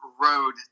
road